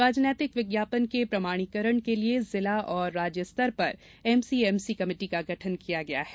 राजनैतिक विज्ञापन के प्रमाणीकरण के लिए जिला एवं राज्य स्तर पर एमसीएमसी का गठन किया गया है